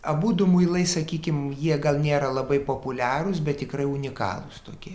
abudu muilai sakykim jie gal nėra labai populiarūs bet tikrai unikalūs tokie